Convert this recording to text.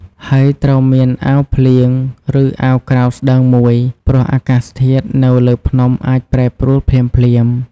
ហើយត្រូវមានអាវភ្លៀង ឬអាវក្រៅស្តើងមួយ ព្រោះអាកាសធាតុនៅលើភ្នំអាចប្រែប្រួលភ្លាមៗ។